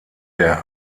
der